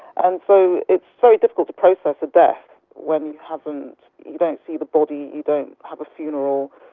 and so it's very difficult to process a death when you haven't, you don't see the body, you don't have a funeral,